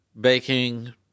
Baking